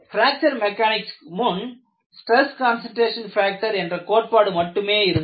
fracture mechanics க்கு முன் stress concentration factor என்ற கோட்பாடு மட்டுமே இருந்தது